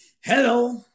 Hello